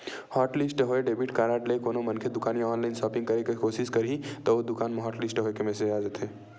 hotlist होए debit card ले कोनो मनखे दुकान या ऑनलाईन सॉपिंग करे के कोसिस करही त ओ दुकान म हॉटलिस्ट होए के मेसेज आ जाथे